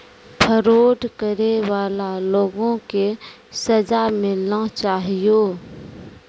fraud करै बाला लोगो के सजा मिलना चाहियो